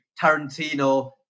Tarantino